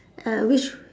err which